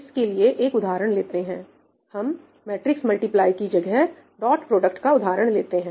इसके लिए एक उदाहरण लेते हैं हम मैट्रिक्स मल्टीप्लाई की जगह डॉट प्रोडक्ट का उदाहरण लेते हैं